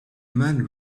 man